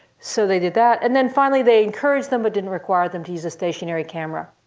so they did that. and then finally they encouraged them but didn't require them to use a stationary camera.